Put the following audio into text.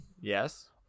yes